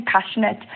passionate